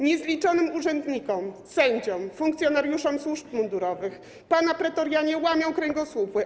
Niezliczonym urzędnikom, sędziom, funkcjonariuszom służb mundurowych pana pretorianie łamią kręgosłupy.